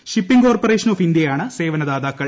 shipping corporation of ഇന്ത്യയാണ് സേവന ദാതാക്കൾ